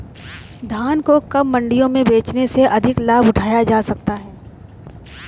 धान को कब मंडियों में बेचने से अधिक लाभ उठाया जा सकता है?